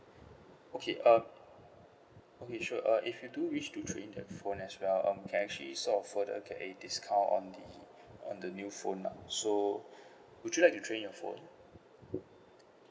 okay um okay sure uh if you do wish to trade in that phone as well um you can actually sort of further get a discount on the on the new phone lah so would you like to trade in your phone